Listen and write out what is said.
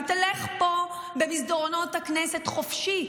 מתהלך פה במסדרונות הכנסת חופשי,